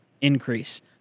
increase